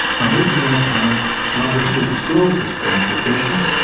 mammut americanum does not wish to disclose his current location,